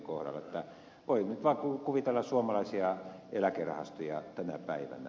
voi nyt vaan kuvitella suomalaisia eläkerahastoja tänä päivänä